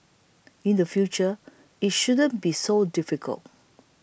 in the future it shouldn't be so difficult